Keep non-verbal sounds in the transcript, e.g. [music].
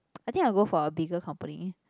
[noise] I think I'll go for a bigger company